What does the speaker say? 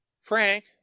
frank